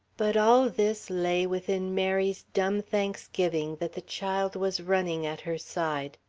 but all this lay within mary's dumb thanksgiving that the child was running at her side.